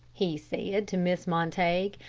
he said to mrs. montague,